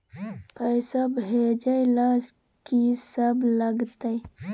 पैसा भेजै ल की सब लगतै?